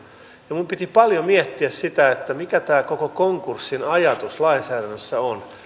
minun piti paljon miettiä sitä mikä tämä koko konkurssin ajatus lainsäädännössä on